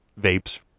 vapes